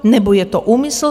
Nebo je to úmysl?